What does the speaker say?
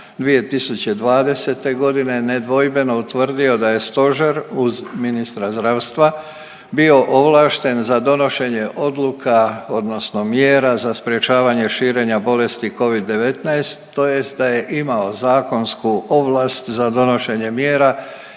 2020. godine nedvojbeno utvrdio da je Stožer uz ministra zdravstva bio ovlašten za donošenje odluka odnosno mjera za sprječavanje širenja bolesti covid-19, tj. da je imao zakonsku ovlast za donošenje mjera